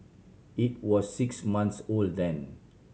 it was six months old then